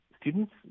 Students